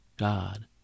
God